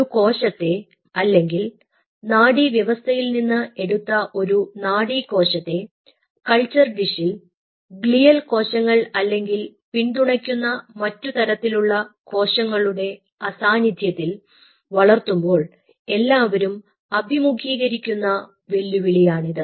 ഒരു കോശത്തെ അല്ലെങ്കിൽ നാഡീ വ്യവസ്ഥയിൽ നിന്ന് എടുത്ത ഒരു നാഡി കോശത്തെ കൾച്ചർ ഡിഷിൽ ഗ്ലിയൽ കോശങ്ങൾ അല്ലെങ്കിൽ പിന്തുണയ്ക്കുന്ന മറ്റുതരത്തിലുള്ള കോശങ്ങളുടെ അസാനിധ്യത്തിൽ വളർത്തുമ്പോൾ എല്ലാവരും അഭിമുഖീകരിക്കുന്ന വെല്ലുവിളിയാണിത്